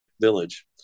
village